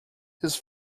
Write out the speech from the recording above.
his